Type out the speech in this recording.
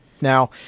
Now